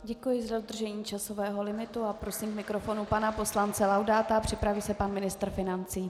Děkuji za dodržení časového limitu a prosím k mikrofonu pana poslance Laudáta, připraví se pan ministr financí.